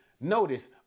notice